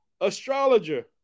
astrologer